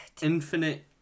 infinite